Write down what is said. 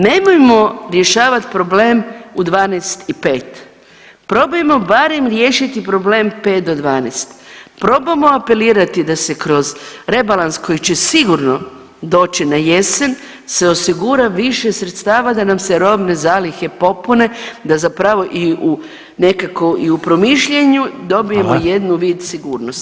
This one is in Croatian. Nemojmo rješavat problem u 12 i 5, probajmo barem riješiti problem 5 do 12, probajmo apelirati da se kroz rebalans koji će sigurno doći na jesen se osigura više sredstava da nam se robne zalihe popune da zapravo i u, nekako i u promišljanju dobijemo jednu vid sigurnosti.